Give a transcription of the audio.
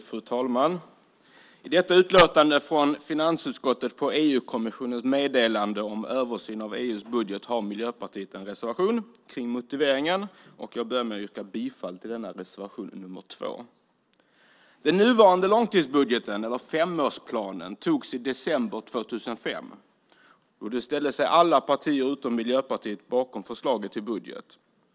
Fru talman! I detta utlåtande från finansutskottet om EU-kommissionens meddelande om översyn av EU:s budget har Miljöpartiet en reservation kring motiveringen. Jag börjar med att yrka bifall till reservation 2. Den nuvarande långtidsbudgeten, eller femårsplanen, antogs i december 2005. Alla partier utom Miljöpartiet ställde sig då bakom förslaget till budget.